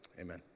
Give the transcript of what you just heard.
Amen